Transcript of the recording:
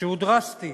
שהוא דרסטי.